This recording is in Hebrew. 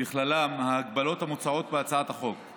ובכללם ההגבלות המוצעות בהצעת החוק,